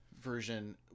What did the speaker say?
version